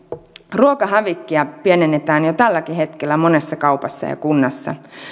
ruokahävikkiä pienennetään jo tälläkin hetkellä monessa kaupassa ja kunnassa